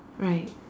right